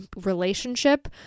relationship